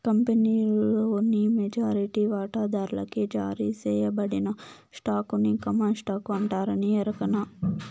కంపినీలోని మెజారిటీ వాటాదార్లకి జారీ సేయబడిన స్టాకుని కామన్ స్టాకు అంటారని ఎరకనా